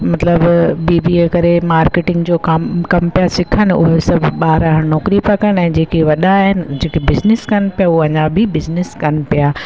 मतलबु B B A करे marketing जो कमु कमु पिया सिखनि ओड़ो सभु ॿार हाणे नौकिरी पिया कनि ऐं जेके वॾा आहिनि जेके बिज़िनिस कनि पिया उहे अञा बि बिज़िनिस कनि पिया